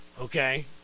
Okay